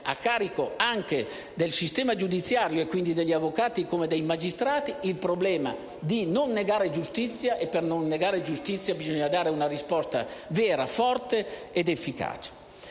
a carico anche del sistema giudiziario - quindi degli avvocati, così come dei magistrati - il problema di non negare giustizia e di dare quindi una risposta vera, forte ed efficace.